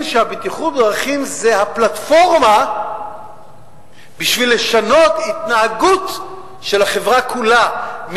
שהבטיחות בדרכים זו הפלטפורמה בשביל לשנות התנהגות של החברה כולה,